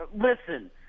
listen